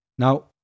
Now